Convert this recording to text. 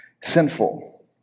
sinful